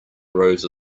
rows